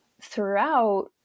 throughout